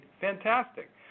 fantastic